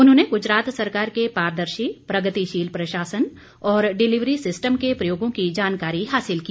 उन्होंने गुजरात सरकार के पारदर्शी प्रगतिशील प्रशासन और डिलीवरी सिस्टम के प्रयोगों की जानकारी हासिल की